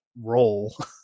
role